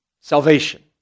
salvation